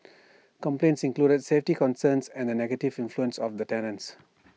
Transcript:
complaints included safety concerns and the negative influence of the tenants